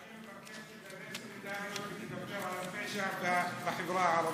אני מבקש שתגלה סולידריות ותדבר על הפשע בחברה הערבית.